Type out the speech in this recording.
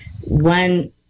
one